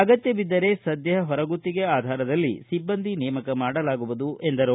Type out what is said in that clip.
ಅಗತ್ಯ ಬಿದ್ದರೆ ಸದ್ಯ ಹೊರಗುತ್ತಿಗೆ ಆಧಾರದಲ್ಲಿ ಸಿಬ್ಬಂದಿ ನೇಮಕ ಮಾಡಲಾಗುವುದು ಎಂದು ಹೇಳಿದರು